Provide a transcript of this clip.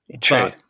True